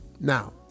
Now